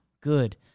good